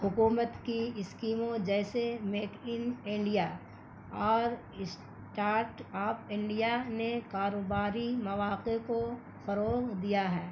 حکومت کی اسکیموں جیسے میک ان ان انڈیا اور اسٹارٹ آپ انڈیا نے کاروباری مواقع کو فروغ دیا ہے